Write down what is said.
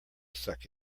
suck